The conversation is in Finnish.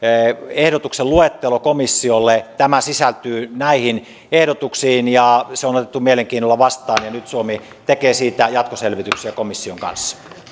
ehdotuksen luettelon komissiolle tämä sisältyy näihin ehdotuksiin ja se on otettu mielenkiinnolla vastaan ja nyt suomi tekee siitä jatkoselvityksiä komission kanssa